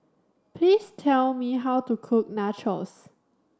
please tell me how to cook Nachos